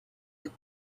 with